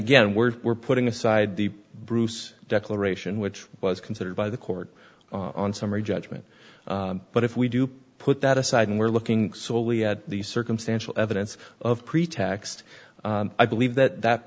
again we're we're putting aside the bruce declaration which was considered by the court on summary judgment but if we do put that aside and we're looking solely at the circumstantial evidence of pretext i believe that that